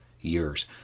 Years